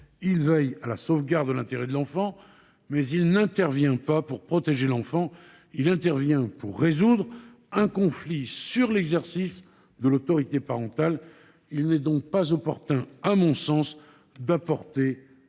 il veille à la sauvegarde de l’intérêt de l’enfant ; toutefois il intervient non pas pour protéger l’enfant, mais pour résoudre un conflit sur l’exercice de l’autorité parentale. Il n’est donc pas opportun, à mon sens, d’apporter